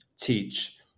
teach